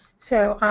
so